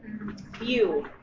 view